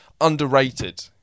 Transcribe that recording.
underrated